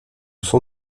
son